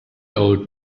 old